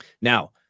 Now